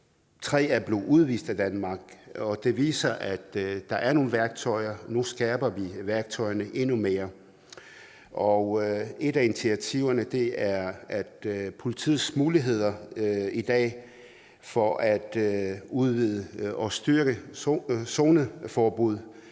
3 er blevet udvist af Danmark, og det viser, at der er nogle værktøjer. Nu skærper vi værktøjerne endnu mere. Et af initiativerne er, at politiets muligheder i dag for at udvide og styrke zoneforbud